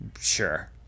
Sure